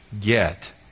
get